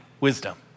wisdom